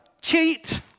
cheat